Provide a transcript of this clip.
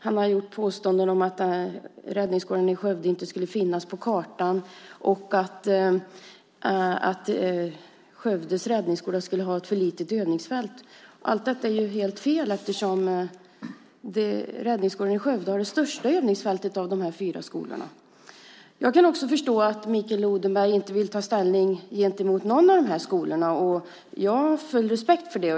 Han har gjort påståenden om att räddningsskolan i Skövde inte skulle finnas på kartan och att Skövdes räddningsskola skulle ha ett för litet övningsfält. Allt detta är helt fel. Räddningsskolan i Skövde har det största övningsfältet av dessa fyra skolor. Jag kan också förstå att Mikael Odenberg inte vill ta ställning gentemot någon av skolorna. Jag har full respekt för det.